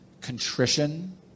contrition